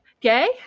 gay